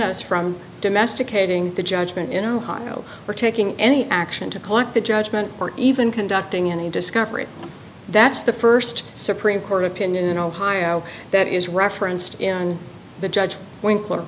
us from domesticating the judgement in ohio for taking any action to collect the judgment or even conducting any discovery that's the first supreme court opinion in ohio that is referenced in the judge wink